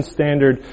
Standard